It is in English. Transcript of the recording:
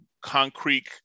concrete